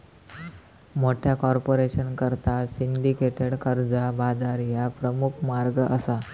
मोठ्या कॉर्पोरेशनकरता सिंडिकेटेड कर्जा बाजार ह्या प्रमुख मार्ग असा